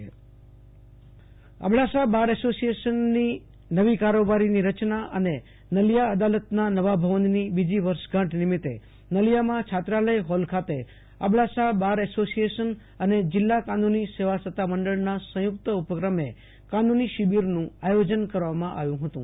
આશુ તોષ અંતાણી નલિયા કાનુ ની શિબિર અબડાસા બાર એસોસિએશનની નવી કારોબારી રચના અને નલિયા અદાલતના નવા ભવનની બીજી વર્ષગાંઠ નિમિતે નલિયામાં છાત્રાલય હોલ ખાતે અબડાસા બાર એસોસિયેશન અને જિલ્લા કાનુની સેવા સતામંડળના સંયુક્ત ઉપક્રમે કાનુની શિબિરનું આયોજન કરવામાં આવ્યુ હતું